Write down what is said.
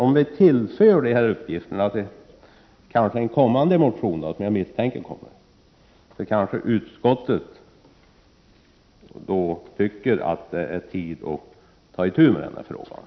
Om vi tillför en kommande motion de uppgifterna, kanske utskottet tycker att det då är tid att ta itu med den här frågan.